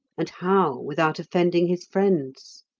and how, without offending his friends?